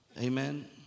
Amen